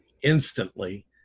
instantly